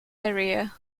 area